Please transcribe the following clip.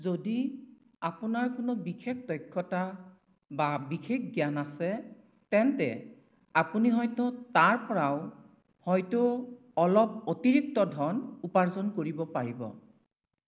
যদি আপোনাৰ কোনো বিশেষ দক্ষতা বা বিশেষ জ্ঞান আছে তেন্তে আপুনি হয়তো তাৰপৰাও হয়তো অলপ অতিৰিক্ত ধন উপাৰ্জন কৰিব পাৰিব